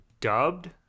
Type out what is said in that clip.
dubbed